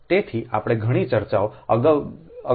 તેથી આપણે ઘણી ચર્ચાઓ અગાઉની ચર્ચાથી કહી છે